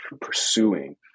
pursuing